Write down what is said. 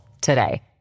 today